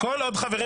כל עוד חברים